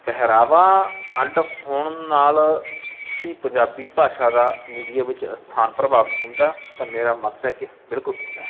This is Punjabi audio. ਪਹਿਰਾਵਾ ਅੱਡ ਹੋਣ ਨਾਲ਼ ਹੀ ਪੰਜਾਬੀ ਭਾਸ਼ਾ ਦਾ ਮੀਡੀਆ ਵਿੱਚ ਅਸਥਾਨ ਪ੍ਰਭਾਵਿਤ ਹੁੰਦਾ ਤਾਂ ਮੇਰਾ ਮੱਤ ਹੈ ਕਿ ਬਿਲਕੁਲ ਹੁੰਦਾ